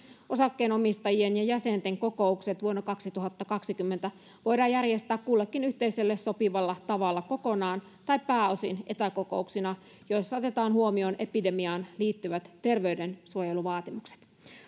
osakkeenomistajien ja jäsenten kokoukset vuonna kaksituhattakaksikymmentä voidaan järjestää kullekin yhteisölle sopivalla tavalla kokonaan tai pääosin etäkokouksina joissa otetaan huomioon epidemiaan liittyvät terveydensuojeluvaatimukset